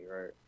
right